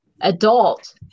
adult